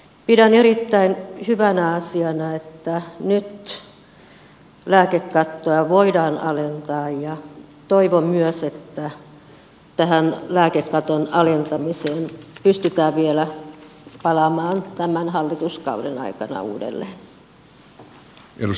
pidän erittäin hyvänä asiana että nyt lääkekattoa voidaan alentaa ja toivon myös että tähän lääkekaton alentamiseen pystytään vielä palaamaan tämän hallituskauden aikana uudelleen